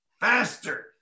faster